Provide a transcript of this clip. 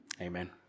amen